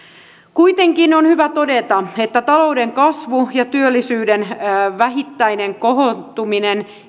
kuitenkin on hyvä todeta että talouden kasvu ja työllisyyden vähittäinen kohentuminen